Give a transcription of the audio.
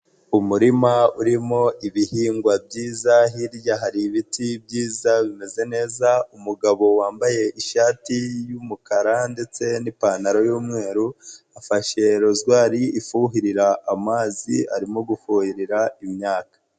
Umurima urimo ibihingwa byiza, hirya hari ibiti byiza bimeze neza, umugabo wambaye ishati y'umukara ndetse n'ipantaro y'umweru, afashe rozwari ifuhirira amazi arimo gufura imyaka.